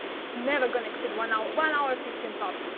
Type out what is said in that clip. it's never going to exceed one hour. one hour, fifteen tops.